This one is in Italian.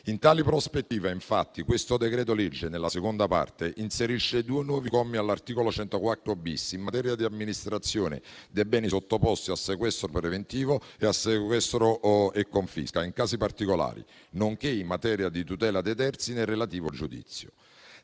In tale prospettiva, il decreto-legge nella seconda parte inserisce due nuovi commi all'articolo 104-*bis* in materia di amministrazione dei beni sottoposti a sequestro preventivo e a sequestro e confisca in casi particolari, nonché in materia di tutela dei terzi nel relativo giudizio.